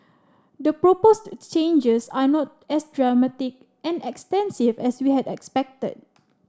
the proposed changes are not as dramatic and extensive as we had expected